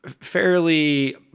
fairly